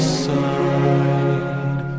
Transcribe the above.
side